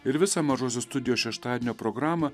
ir visą mažosios studijos šeštadienio programą